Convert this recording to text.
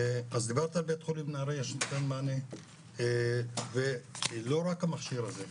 אז דיברת על בית חולים נהריה שנותן מענה ולא רק המכשיר הזה,